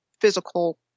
physical